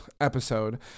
episode